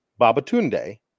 Babatunde